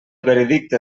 veredicte